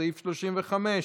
בסעיף 35,